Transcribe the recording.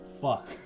fuck